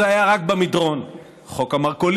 זה היה רק במדרון: חוק המרכולים,